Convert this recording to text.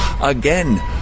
Again